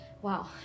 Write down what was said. Wow